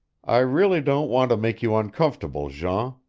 i really don't want to make you uncomfortable, jean,